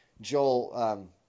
Joel